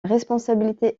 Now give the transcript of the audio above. responsabilité